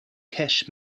cache